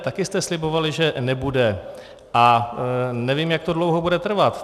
Také jste slibovali, že nebude, a nevím, jak to dlouho bude trvat.